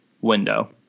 window